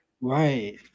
Right